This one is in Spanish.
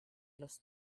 los